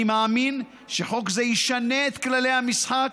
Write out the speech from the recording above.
אני מאמין שהחוק המוצע ישנה את כללי המשחק